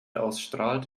ausstrahlt